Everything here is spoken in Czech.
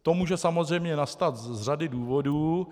To může samozřejmě nastat z řady důvodů.